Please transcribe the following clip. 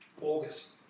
August